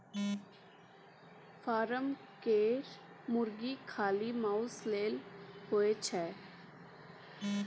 form केर मुरगी खाली माउस लेल होए छै